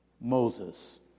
Moses